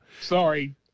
Sorry